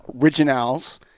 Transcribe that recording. originals